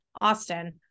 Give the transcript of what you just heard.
Austin